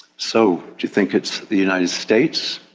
so, do you think it's the united states,